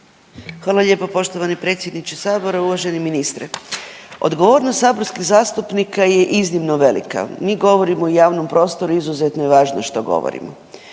Hvala lijepo poštovani predsjedniče sabora. Uvaženi ministre, odgovornost saborskih zastupnika je iznimno velika. Mi govorimo u javnom prostoru i izuzetno je važno što govorimo